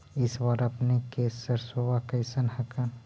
इस बार अपने के सरसोबा कैसन हकन?